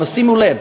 אבל שימו לב,